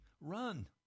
Run